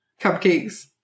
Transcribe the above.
cupcakes